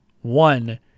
one